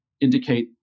indicate